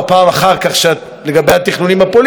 לגבי התכנונים הפוליטיים שלך,